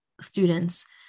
students